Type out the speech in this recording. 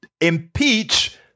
impeach